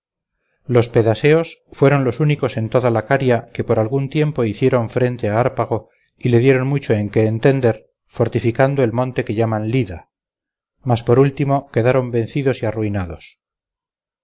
los pedaseos fueron los únicos en toda la caria que por algún tiempo hicieron frente a hárpago y le dieron mucho en que entender fortificando el monte que llaman lida mas por último quedaron vencidos y arruinados